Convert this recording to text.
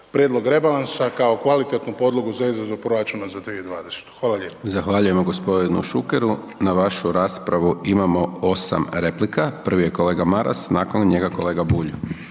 prijedlog rebalansa kao kvalitetnu podlogu za izradu proračuna za 2020., hvala lijepo.